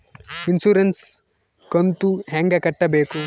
Insurance ಕಂತು ಹೆಂಗ ಕಟ್ಟಬೇಕು?